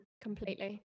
Completely